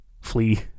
flee